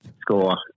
score